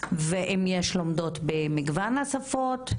ואם יש לומדות במגוון השפות,